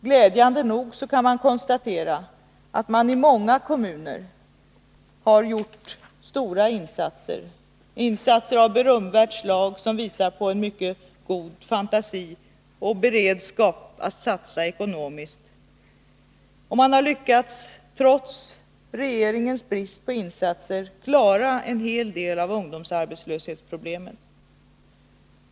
Glädjande nog kan vi konstatera att många kommuner har gjort stora insatser — insatser av berömvärt slag, som visat på stor fantasi och god beredskap att satsa ekonomiskt — och att de, trots regeringens brist på insatser, lyckats lösa en hel del av ungdomsarbetslöshetsproblemen.